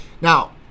Now